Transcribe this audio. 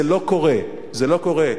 זה לא קורה, זה לא קורה.